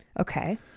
Okay